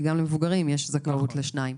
כי גם למבוגרים יש זכאות לשניים.